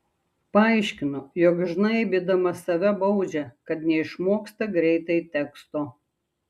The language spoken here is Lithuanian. paaiškino jog žnaibydama save baudžia kad neišmoksta greitai teksto